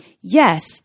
yes